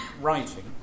writing